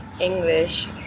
English